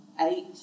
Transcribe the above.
Eight